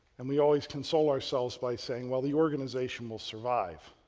and we always console ourselves by saying, well, the organization will survive.